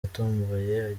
yatomboye